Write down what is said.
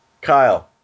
Kyle